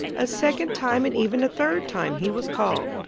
a second time, and even a third time he was called.